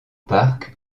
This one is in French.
park